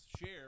share